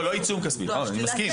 לא עיצום כספי, אני מסכים.